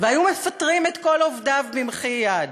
והיו מפטרים את כל עובדיו במחי יד,